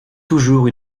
toujours